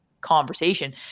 conversation